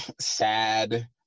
sad